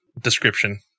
description